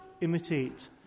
imitate